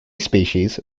species